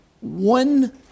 one